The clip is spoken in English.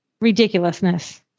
ridiculousness